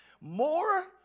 More